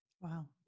Wow